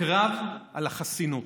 הקרב על החסינות.